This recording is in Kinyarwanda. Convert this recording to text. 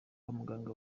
kwamuganga